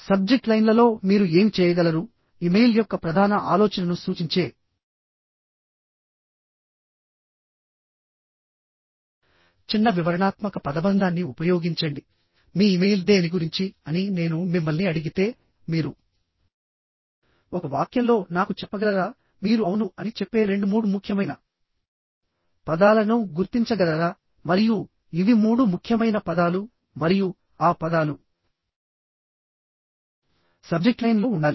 subject లైన్లలో మీరు ఏమి చేయగలరు ఇమెయిల్ యొక్క ప్రధాన ఆలోచనను సూచించే చిన్న వివరణాత్మక పదబంధాన్ని ఉపయోగించండి మీ ఇమెయిల్ దేని గురించి అని నేను మిమ్మల్ని అడిగితే మీరు ఒక వాక్యంలో నాకు చెప్పగలరా మీరు అవును అని చెప్పే రెండు మూడు ముఖ్యమైన పదాలను గుర్తించగలరా మరియు ఇవి మూడు ముఖ్యమైన పదాలు మరియు ఆ పదాలు సబ్జెక్ట్ లైన్లో ఉండాలి